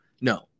no